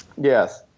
Yes